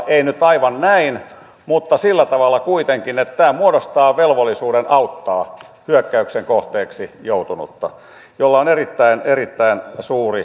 ei nyt aivan näin mutta sillä tavalla kuitenkin että tämä muodostaa velvollisuuden auttaa hyökkäyksen kohteeksi joutunutta millä on erittäin erittäin suuri merkitys